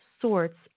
sorts